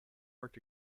worked